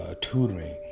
tutoring